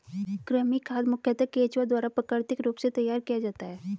कृमि खाद मुखयतः केंचुआ द्वारा प्राकृतिक रूप से तैयार किया जाता है